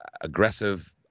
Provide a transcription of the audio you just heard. aggressive